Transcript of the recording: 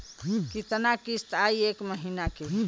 कितना किस्त आई एक महीना के?